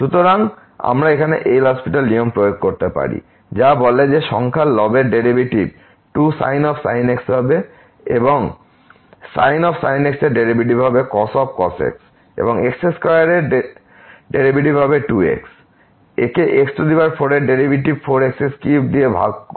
সুতরাং আমরা এখানে LHospital নিয়ম প্রয়োগ করতে পারি যা বলে যে সংখ্যার লবের ডেরিভেটিভ 2sin x হবে এবং sin x এর ডেরিভেটিভ হবে cos x এবং x2 এর ডেরিভেটিভ হবে 2 x একে x4 এর ডেরিভেটিভ 4x3 দিয়ে ভাগ করি